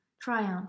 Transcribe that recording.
triumph